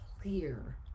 clear